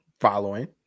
Following